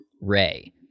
Ray